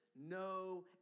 no